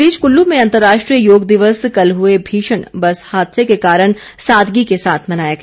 इस बीच कुल्लू में अंतर्राष्ट्रीय योग दिवस कल हुए भीषण बस हादसे के कारण सादगी के साथ मनाया गया